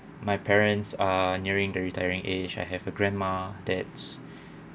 my parents are nearing the retiring age I have a grandma that's